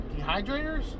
dehydrators